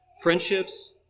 Friendships